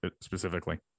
specifically